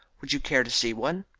would you care to see one?